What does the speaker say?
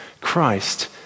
Christ